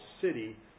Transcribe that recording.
city